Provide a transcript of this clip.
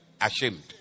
ashamed